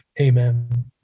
Amen